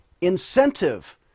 incentive